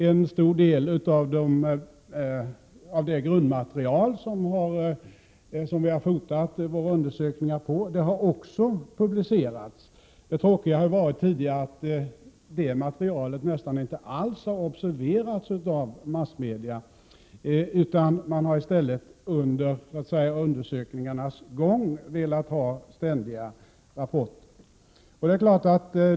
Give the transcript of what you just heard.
En stor del av det grundmaterial som vi har fotat våra undersökningar på har också publicerats. Det tråkiga har varit att det materialet nästan inte alls har observerats av massmedia. Man har i stället under undersökningarnas gång velat ha ständiga rapporter.